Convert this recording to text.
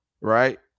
Right